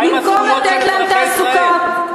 מה עם הזכויות של אזרחי ישראל?